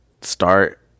start